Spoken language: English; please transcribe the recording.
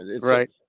Right